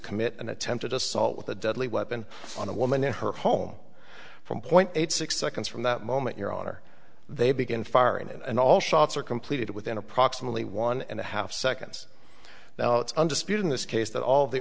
commit an attempted assault with a deadly weapon on a woman in her home from point eight six seconds from that moment your honor they begin firing and all shots are completed within approximately one and a half seconds now it's undisputed in this case that all the